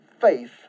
faith